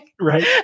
Right